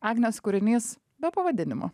agnės kūrinys be pavadinimo